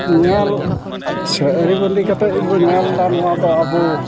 ᱧᱮᱞ ᱥᱮ ᱟᱨᱤᱵᱟᱸᱫᱤ ᱠᱟᱛᱮ ᱵᱚᱱ ᱧᱮᱞ ᱫᱟ ᱱᱚᱣᱟ ᱫᱚ ᱟᱵᱚ